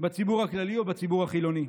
בציבור הכללי או בציבור החילוני.